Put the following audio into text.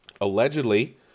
Allegedly